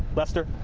lester?